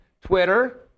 Twitter